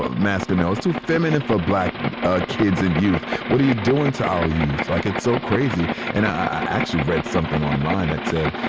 ah masculine male. i was too feminine for black ah kids and youth. what are you doing to our youth? like, it's so crazy. and i actually read something online that said,